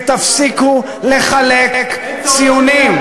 ותפסיקו לחלק ציונים.